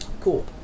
Cool